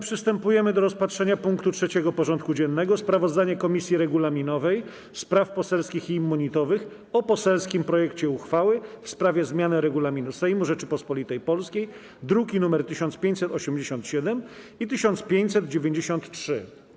Przystępujemy do rozpatrzenia punktu 3. porządku dziennego: Sprawozdanie Komisji Regulaminowej, Spraw Poselskich i Immunitetowych o poselskim projekcie uchwały w sprawie zmiany Regulaminu Sejmu Rzeczypospolitej Polskiej (druki nr 1587 i 1593)